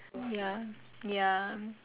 ya ya